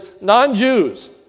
non-Jews